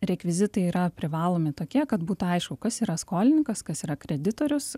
rekvizitai yra privalomi tokie kad būtų aišku kas yra skolininkas kas yra kreditorius